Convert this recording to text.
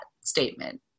statement